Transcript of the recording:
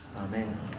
Amen